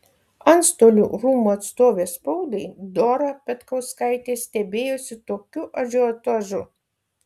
antstolių rūmų atstovė spaudai dora petkauskaitė stebėjosi tokiu ažiotažu